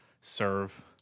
serve